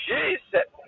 Jesus